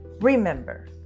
Remember